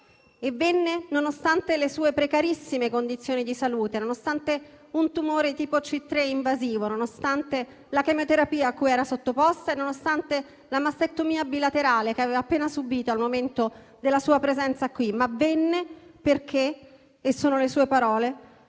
e venne nonostante le sue precarissime condizioni di salute, nonostante un tumore invasivo di tipo C3, nonostante la chemioterapia cui era sottoposta e nonostante la mastectomia bilaterale che aveva appena subito al momento della sua presenza qui. Venne perché - sono le sue parole